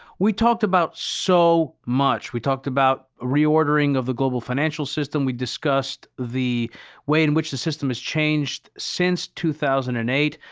we talked about so much. we about a reordering of the global financial system. we discussed the way in which the system has changed since two thousand and eight,